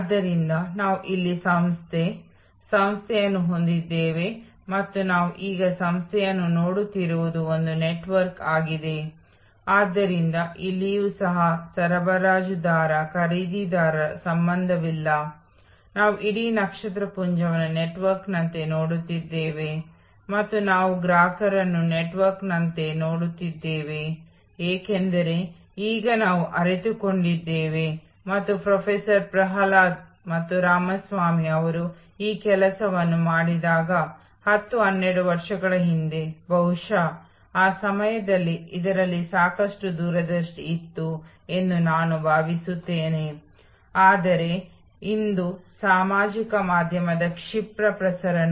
ಆದ್ದರಿಂದ ವಿನ್ಯಾಸಕರು ಇನ್ಪುಟ್ ಮಾಡುತ್ತಿರುವಂತೆಯೇ ಗ್ರಾಹಕರು ಸಹ ಇನ್ಪುಟ್ ಮಾಡುತ್ತಿದ್ದಾರೆ ಸರಬರಾಜುದಾರರು ಇನ್ಪುಟ್ ಮಾಡುತ್ತಿದ್ದಾರೆ ಆರ್ ಡಿ RD ಜನರು ಇನ್ಪುಟ್ ಮಾಡುತ್ತಿದ್ದಾರೆ ಗ್ರಾಹಕರು ಈ ಭಾಗದಲ್ಲಿ ಭಾಗವಹಿಸುತ್ತಿದ್ದಾರೆ ಸೃಜನಶೀಲ ಭಾಗ ಮತ್ತು ನಂತರ ಈ ಬ್ಲಾಕ್ಗಳ ಪರಸ್ಪರ ಕ್ರಿಯೆಯ ಮೂಲಕ ಈ ವಿವಿಧ ಹಂತಗಳ ಮೂಲಕ ಗ್ರಾಹಕರು ಸ್ವೀಕರಿಸುತ್ತಿದ್ದಾರೆ ಅಂತಿಮ ಉತ್ಪನ್ನ